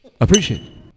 appreciate